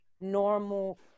normal